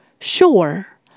Sure